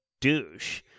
douche